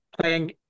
playing